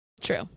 true